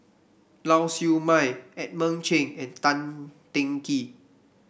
Lau Siew Mei Edmund Cheng and Tan Teng Kee